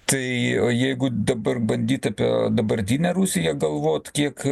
tai o jeigu dabar bandyt apie dabartinę rusiją galvot kiek